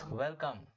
welcome